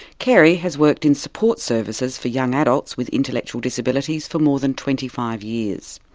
keri has worked in support services for young adults with intellectual disabilities for more than twenty five years.